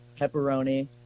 Pepperoni